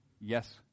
yes